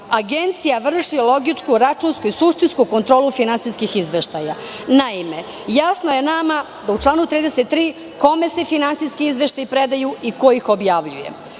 Agencija vrši logičku, računsku i suštinsku kontrolu finansijskih izveštaja. Naime, jasno je nama da u članu 33, kome se finansijski izveštaji predaju i ko ih objavljuje.